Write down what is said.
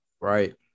Right